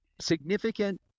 significant